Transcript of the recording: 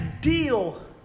deal